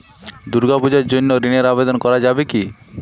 দুর্গাপূজার জন্য ঋণের আবেদন করা যাবে কি?